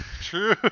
True